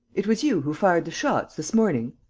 it was you who fired the shots, this morning?